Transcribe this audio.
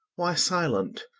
why silent?